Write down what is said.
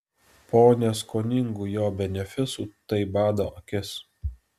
po neskoningų jo benefisų tai bado akis